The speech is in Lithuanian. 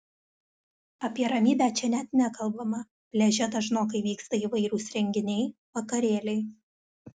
apie ramybę čia net nekalbama pliaže dažnokai vyksta įvairūs renginiai vakarėliai